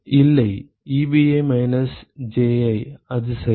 மாணவர் இல்லை Ebi minus Ji அது சரி